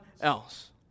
else